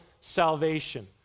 salvation